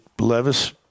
Levis